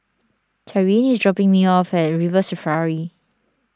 Tyrin is dropping me off at River Safari